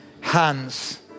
hands